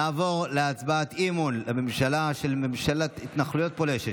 נעבור להצבעת אי-אמון על ממשלת התנחלויות פולשת,